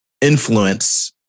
influence